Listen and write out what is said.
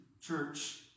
church